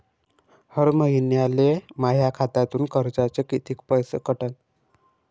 हर महिन्याले माह्या खात्यातून कर्जाचे कितीक पैसे कटन?